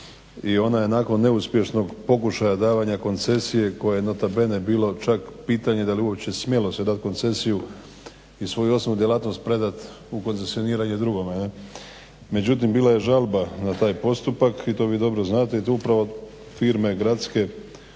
i ona je nakon neuspješnog pokušaja davanja koncesije koje je nota bene bilo čak pitanje dal' je uopće smjelo se dat koncesiju i svoju osnovnu djelatnost predat u koncesioniranje drugome. Međutim bila je žalba na taj postupak i to vi dobro znate i to upravo firme gradske